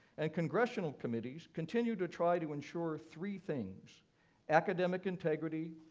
and congressional committees continue to try to ensure three things academic integrity,